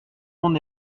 monde